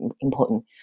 important